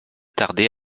tarder